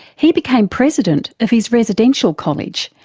he became president of his residential college,